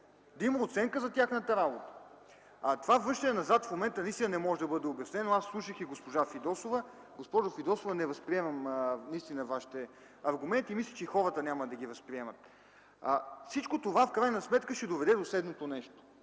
да има оценка за тяхната работа, а това връщане назад в момента не може да бъде обяснено. Аз слушах и госпожа Фидосова. Госпожо Фидосова, не възприемам Вашите аргументи. Мисля, че и хората няма да ги възприемат. Всичко това в крайна сметка ще доведе до следното нещо.